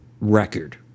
record